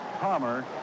Palmer